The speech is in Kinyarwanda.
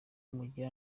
mugiye